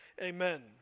Amen